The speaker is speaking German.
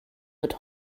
wird